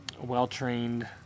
well-trained